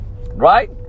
right